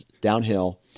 downhill